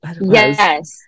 yes